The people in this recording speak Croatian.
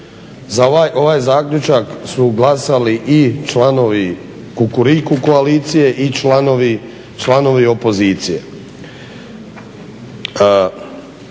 za ovaj zaključak su glasali i članovi Kukuriku koalicije i članovi opozicije.